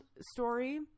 story